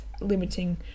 limiting